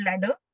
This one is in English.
ladder